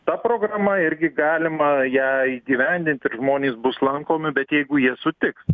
ta programa irgi galima ją įgyvendint ir žmonės bus lankomi bet jeigu jie sutiks